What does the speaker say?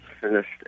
finished